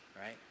Right